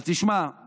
אז תשמע,